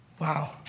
Wow